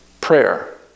prayer